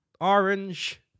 orange